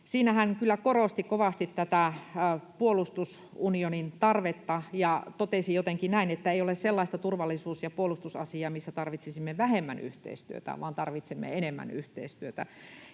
siinä hän kyllä korosti kovasti tätä puolustusunionin tarvetta ja totesi jotenkin näin, että ei ole sellaista turvallisuus- ja puolustusasiaa, missä tarvitsisimme vähemmän yhteistyötä vaan tarvitsemme enemmän yhteistyötä.